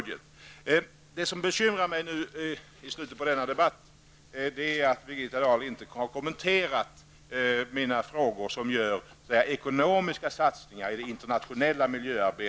Det som bekymrar mig i slutet av denna debatt är att Birgitta Dahl inte har kommenterat mina frågor om ekonomiska satsningar i det internationella miljöarbetet.